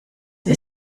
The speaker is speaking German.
wir